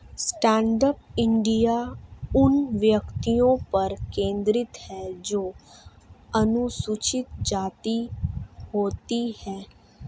stand up India उन व्यक्तियों पर केंद्रित है जो अनुसूचित जाति होती है